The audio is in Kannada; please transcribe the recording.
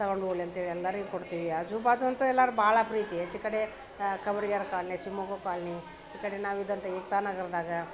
ತಗೊಂಡು ಹೋಗ್ಲಿ ಅಂತೇಳಿ ಎಲ್ಲರಿಗೆ ಕೊಡ್ತೀವಿ ಆಜುಬಾಜು ಅಂತೂ ಎಲ್ಲರೂ ಭಾಳ ಪ್ರೀತಿ ಹೆಚ್ಚು ಕಡೆ ಕಬಡಿಗರ ಕಾಲ್ನಿ ಶಿವಮೊಗ್ಗ ಕಾಲ್ನಿ ಈ ಕಡೆ ನಾವು ಇದ್ದಂಥ ಏಕ್ತಾನಗರದಾಗ